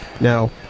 Now